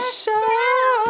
show